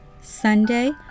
Sunday